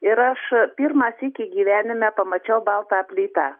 ir aš pirmą sykį gyvenime pamačiau baltą plytą